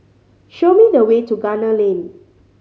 show me the way to Gunner Lane